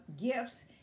gifts